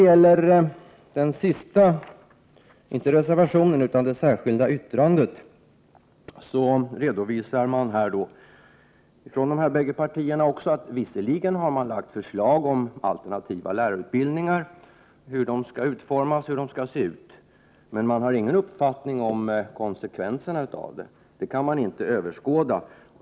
I det särskilda yttrandet redovisar man från moderaterna och folkpartiet att man visserligen har lagt förslag om hur alternativa lärarutbildningar skall utformas men att man inte har någon uppfattning om konsekvenserna, som man inte kan överskåda.